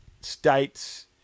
states